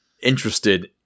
interested